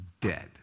dead